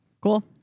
Cool